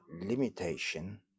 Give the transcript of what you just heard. limitation